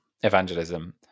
evangelism